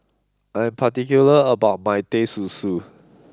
I am particular about my Teh Susu